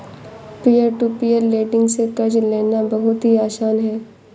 peer to peer lending से कर्ज लेना बहुत ही आसान है